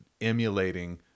emulating